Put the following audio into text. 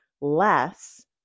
less